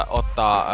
ottaa